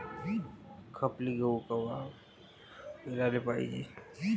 खपली गहू कवा पेराले पायजे?